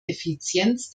effizienz